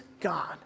God